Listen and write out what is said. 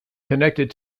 connected